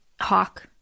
Hawk